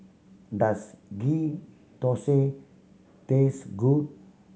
does Ghee Thosai taste good